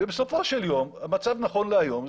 ובסופו של יום המצב נכון להיום,